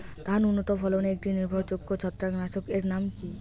ধান উন্নত ফলনে একটি নির্ভরযোগ্য ছত্রাকনাশক এর নাম কি?